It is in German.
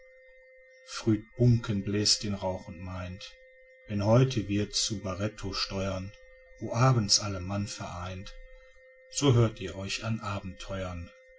früd buncken bläst den rauch und meint wenn heut wir zu baretto steuern wo abends alle mann vereint so hört ihr euch an abenteuern